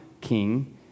king